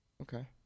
Okay